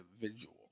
individual